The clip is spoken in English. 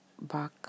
back